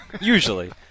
Usually